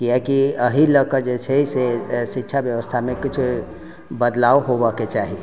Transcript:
किएक कि अहि लअ कऽ जे छै से शिक्षा व्यवस्थामे किछु बदलाव होबऽके चाही